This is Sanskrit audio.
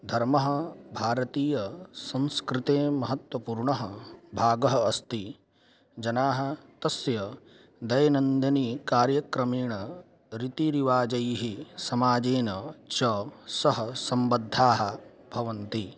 धर्मः भारतीयसंस्कृतेः महत्त्वपूर्णः भागः अस्ति जनाः तस्य दैनन्दिनकार्यक्रमेण रीतिरिवाजैः समाजेन च सह सम्बद्धाः भवन्ति